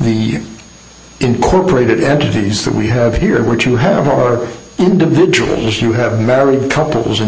the incorporated entities that we have here what you have are individuals you have married couples and